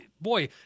Boy